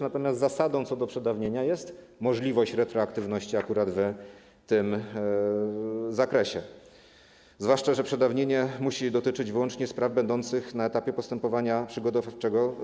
Natomiast zasadą co do przedawnienia jest możliwość retroaktywności akurat w tym zakresie, zwłaszcza że przedawnienie musi dotyczyć wyłącznie spraw będących na etapie sądowego postępowania przygotowawczego.